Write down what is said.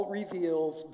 reveals